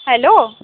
hello